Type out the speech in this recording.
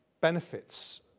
benefits